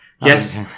Yes